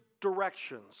directions